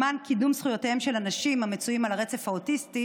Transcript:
למען קידום זכויותיהם של אנשים המצויים על הרצף האוטיסטי